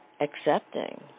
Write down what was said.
accepting